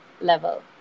level